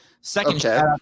second